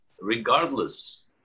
regardless